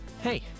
Hey